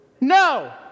No